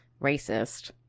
racist